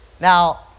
Now